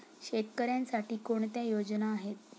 शेतकऱ्यांसाठी कोणत्या योजना आहेत?